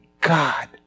God